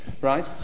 right